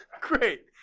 Great